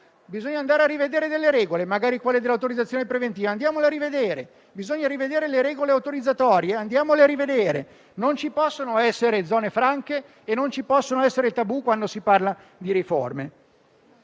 Bisogna rivedere delle regole, magari quelle dell'autorizzazione preventiva? Andiamo da rivederle. Bisogna rivedere le regole autorizzatorie? Andiamo a rivederle. Non ci possono essere zone franche e non ci possono essere tabù quando si parla di riforme.